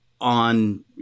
on